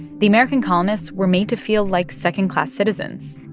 the american colonists were made to feel like second-class citizens.